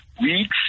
weeks